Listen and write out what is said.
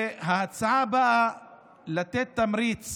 ההצעה באה לתת תמריץ